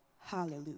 Hallelujah